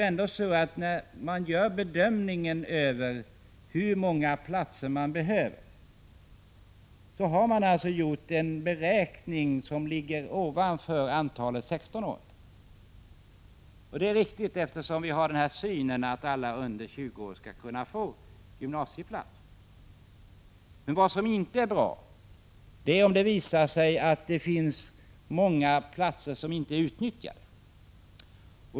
I samband med bedömningen av hur många platser som behövs har man gjort en beräkning som går utöver antalet 16-åringar. Det är riktigt, eftersom vi har synen att alla ungdomar under 20 år skall kunna få gymnasieplats. Men det är inte bra om det visar sig att det finns många platser som inte är utnyttjade.